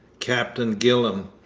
captain gillam,